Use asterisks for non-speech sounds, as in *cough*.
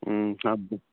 *unintelligible*